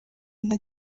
nta